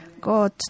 God